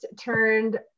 turned